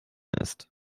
ist